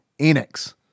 Enix